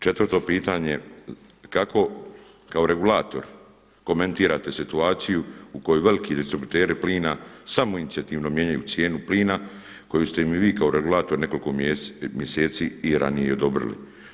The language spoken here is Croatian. Četvrto pitanje, kako kao regulator komentirate situaciju u kojoj veliki distributeri plina samoinicijativno mijenjaju cijenu plina koju ste mu vi kao regulator nekoliko mjeseci i ranije i odobrili.